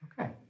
Okay